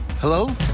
Hello